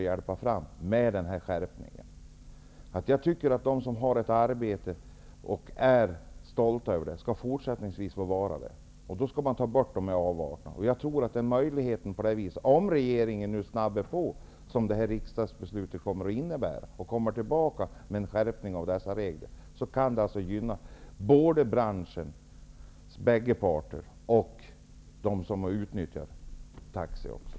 Jag tycker att de som har ett arbete de är stolta över även i fortsättningen skall få vara det. Då skall avarterna bort. Om regeringen i enlighet med riksdagsbeslutet snabbar på handläggningen och kommer tillbaka med förslag till skärpning av reglerna, kan branschens bägge parter och de som utnyttjar taxi gynnas.